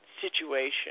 situation